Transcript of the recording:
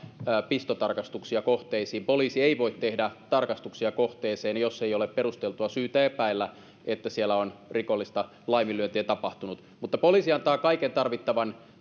pistotarkastuksia kohteisiin poliisi ei voi tehdä tarkastuksia kohteeseen jos ei ole perusteltua syytä epäillä että siellä on rikollista laiminlyöntiä tapahtunut mutta poliisi antaa kaiken tarvittavan